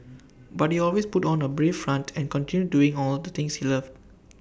but he always put on A brave front and continued doing all the things he loved